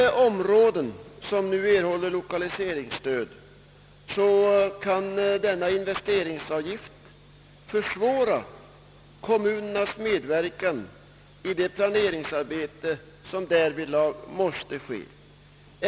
I områden som nu erhåller lokaliseringsstöd kan investeringsavgiften försvåra kommunernas medverkan i det planeringsarbete, som därvidlag måste ske.